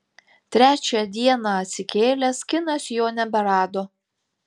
trečią dieną atsikėlęs kinas jo neberado